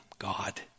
God